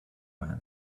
man